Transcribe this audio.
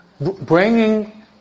bringing